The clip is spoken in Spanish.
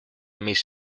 miss